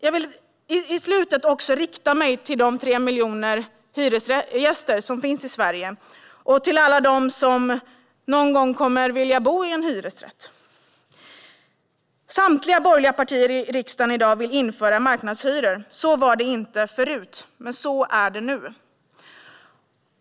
Jag vill slutligen också rikta mig till de 3 miljoner hyresgäster som finns i Sverige och till alla dem som någon gång kommer att vilja bo i en hyresrätt. Samtliga borgerliga partier i riksdagen vill i dag införa marknadshyror. Så var det inte förut, men så är det nu.